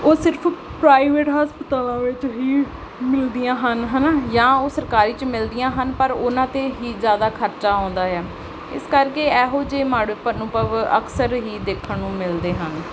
ਉਹ ਸਿਰਫ ਪ੍ਰਾਈਵੇਟ ਹਸਪਤਾਲ ਵਿੱਚ ਹੀ ਮਿਲਦੀਆਂ ਹਨ ਹੈ ਨਾ ਜਾਂ ਉਹ ਸਰਕਾਰੀ 'ਚ ਮਿਲਦੀਆਂ ਹਨ ਪਰ ਉਹਨਾਂ 'ਤੇ ਹੀ ਜ਼ਿਆਦਾ ਖਰਚਾ ਆਉਂਦਾ ਆ ਇਸ ਕਰਕੇ ਇਹੋ ਜਿਹੇ ਮਾੜੇ ਅਨੁਭਵ ਅਕਸਰ ਹੀ ਦੇਖਣ ਨੂੰ ਮਿਲਦੇ ਹਨ